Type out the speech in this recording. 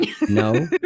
no